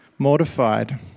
Mortified